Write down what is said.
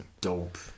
dope